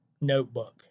notebook